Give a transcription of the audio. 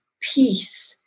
peace